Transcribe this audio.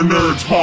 Nerds